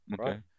Okay